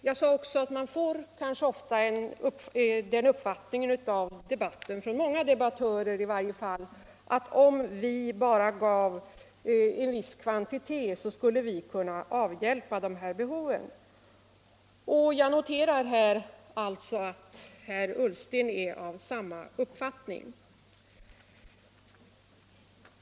Jag sade också att man ofta av debatten kan få det intrycket — i varje fall av många debattörer — att om vi bara gav en viss kvantitet skulle vi kunna avhjälpa dessa behov. Jag noterar alltså att herr Ullsten i detta avseende har samma uppfattning som jag.